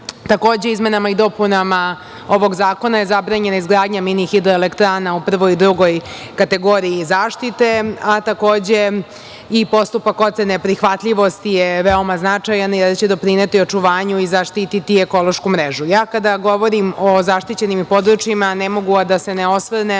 izmenama i dopunama ovog zakona je zabranjena izgradnja mini hidroelektrana u prvoj i drugoj kategoriji zaštite, a takođe i postupak ocene prihvatljivosti je veoma značajan jer će doprineti očuvanju i zaštiti ekološku mrežu. Kada govorim o zaštićenim područjima ne mogu, a da se ne osvrnem